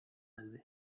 daude